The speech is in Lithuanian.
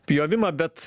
pjovimą bet